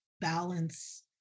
balance